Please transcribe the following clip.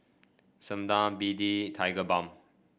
Sebamed B D Tigerbalm